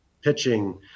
pitching